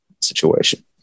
situation